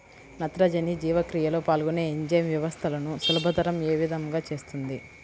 నత్రజని జీవక్రియలో పాల్గొనే ఎంజైమ్ వ్యవస్థలను సులభతరం ఏ విధముగా చేస్తుంది?